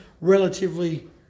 relatively